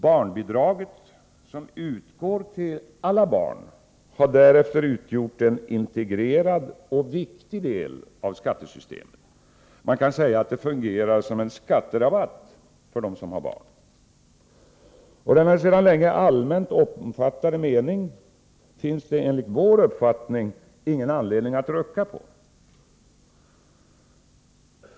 Barnbidraget, som utgår till alla barn, har därefter utgjort en integrerad och viktig del av skattesystemet. Man kan säga att det fungerar som en skatterabatt för dem som har barn. Denna sedan länge allmänt omfattade mening finns det enligt vår uppfattning ingen anledning att rucka på.